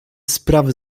sprawy